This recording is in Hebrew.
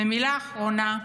ומילה אחרונה לך,